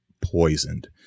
poisoned